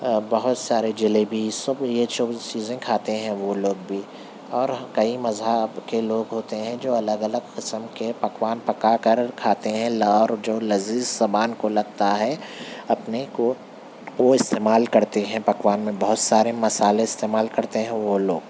بہت سارے جلیبی سب یہ سب چیزیں کھاتے ہیں وہ لوگ بھی اور کئی مذہب کے لوگ ہوتے ہیں جو الگ الگ قسم کے پکوان پکا کر کھاتے ہیں لار جو لذیذ زبان کو لگتا ہے اپنے کو وہ استعمال کرتے ہیں پکوان میں بہت سارے مسالے استعمال کرتے ہیں وہ لوگ